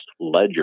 ledger